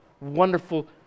wonderful